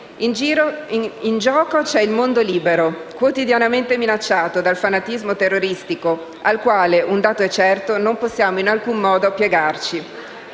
In gioco c'è il mondo libero, quotidianamente minacciato dal fanatismo terroristico al quale, un dato è certo, non possiamo in alcun modo piegarci.